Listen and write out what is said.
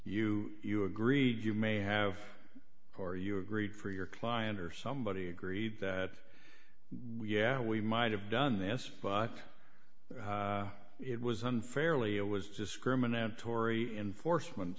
you you agree you may have or you agreed for your client or somebody agreed that we yeah we might have done this but it was unfairly it was discriminatory enforcement